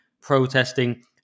protesting